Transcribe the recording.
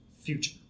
future